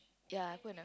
ya good